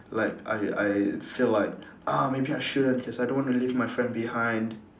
like I I feel like ah maybe I shouldn't cause I don't want to leave my friend behind